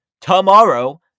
tomorrow